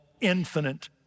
infinite